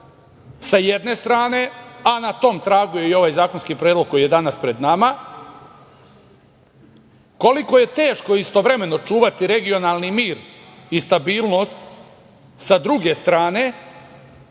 sa jedne strane, a na tom tragu je i ovaj zakonski predlog koji je danas pred nama? Koliko je teško istovremeno čuvati regionalni mir i stabilnost sa druge strane